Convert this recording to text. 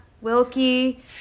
Wilkie